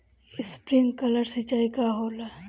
Sprinkler सिंचाई का होला?